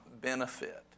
benefit